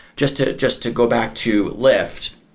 just to just to go back to lyft,